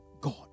God